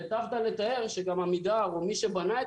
והיטבת לתאר שגם עמידר או מי שבנה את